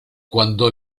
cuando